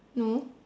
no